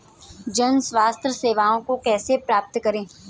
जन स्वास्थ्य सेवाओं को कैसे प्राप्त करें?